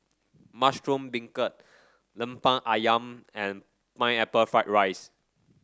Mushroom Beancurd lemper ayam and Pineapple Fried Rice